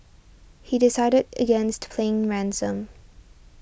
he decided against paying ransom